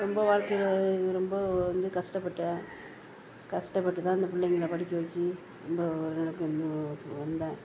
ரொம்ப வாழ்க்கையில் ரொம்ப வந்து கஷ்டப்பட்டேன் கஷ்டப்பட்டு தான் அந்த பிள்ளைங்களை படிக்க வெச்சு ரொம்ப ஒரு நிலைக்கு வந்தேன்